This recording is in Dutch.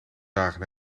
dagen